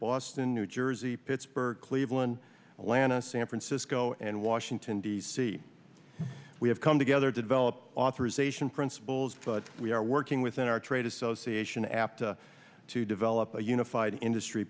boston new jersey pittsburgh cleveland atlanta san francisco and washington d c we have come together to develop authorisation principles but we are working within our trade association after to develop a unified industry